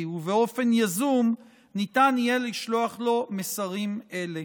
ובאופן יזום ניתן יהיה לשלוח לו מסרים אלה.